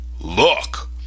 Look